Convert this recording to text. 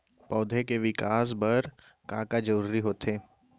पौधे के विकास बर का का जरूरी होथे?